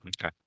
okay